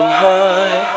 high